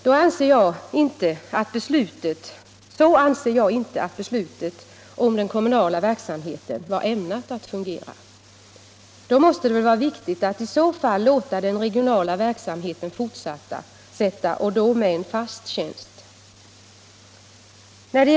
En sådan effekt anser jag inte att beslutet om den kommunala verksamheten var ägnat att få. Det måste väl vara viktigt att låta den regionala verksamheten fortsätta och då med en fast tjänst.